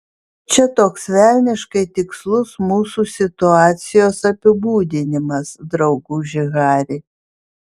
čia toks velniškai tikslus mūsų situacijos apibūdinimas drauguži hari